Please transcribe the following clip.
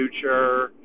future